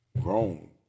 grown